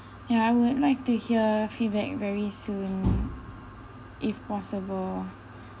and I would like to hear feedback very soon if possible